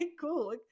cool